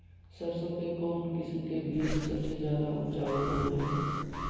सरसों के कौन किस्म के बीच सबसे ज्यादा उपजाऊ होबो हय?